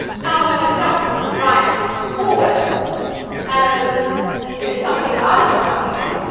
now i'm going to jump right forward um and to something that i've been working on.